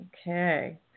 Okay